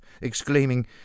exclaiming